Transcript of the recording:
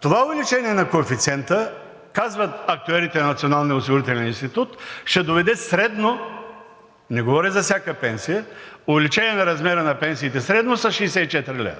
Това увеличение на коефициента, казват актюерите на Националния осигурителен институт, ще доведе средно – не говоря за всяка пенсия, увеличение на размера на пенсиите средно с 64 лв.